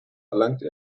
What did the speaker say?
verlangte